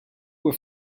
were